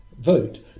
Vote